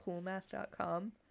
coolmath.com